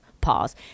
pause